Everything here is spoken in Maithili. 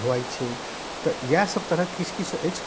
धुआइ छै तऽ इएहसब तरहके किछु किछु अछि